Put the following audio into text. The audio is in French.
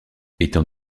étant